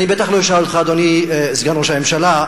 אני בטח לא אשאל אותך, אדוני סגן ראש הממשלה,